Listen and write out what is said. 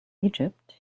egypt